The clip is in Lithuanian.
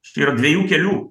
štai yra dviejų kelių